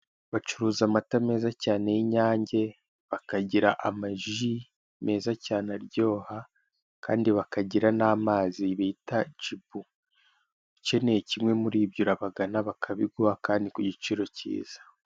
Bacuruza amata meza cyane y'inyange, bakagira ama ji meza cyane aryoha kandi bakagira n'amazi bita jibu, ukeneye kimwe muri ibyo urabagana bakabiguha kandi ku giciro cyiza.